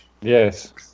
Yes